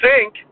sink